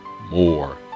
more